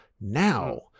now